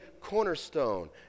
cornerstone